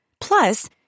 Plus